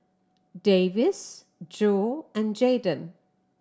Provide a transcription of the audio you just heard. Davis Jo and Jadon